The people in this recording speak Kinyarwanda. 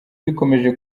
bikomeje